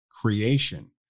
creation